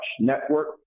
network